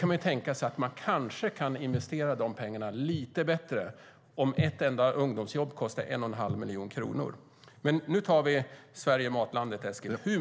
Man kan tänka sig att det kanske går att investera dessa pengar lite bättre om ett enda ungdomsjobb kostar 1 1⁄2 miljon kronor. Men nu tar vi Sverige - matlandet, Eskil.